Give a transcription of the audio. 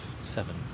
seven